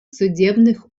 судебных